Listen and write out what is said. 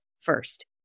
first